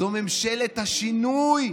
זו ממשלת השינוי,